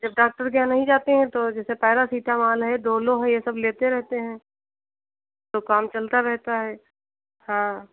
जब डाक्टर के यहाँ नहीं जाते हैं तो जैसे पारसीटामोल है डोलो है ये सब लेते रहते हैं तो काम चलता रहता है हाँ